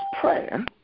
prayer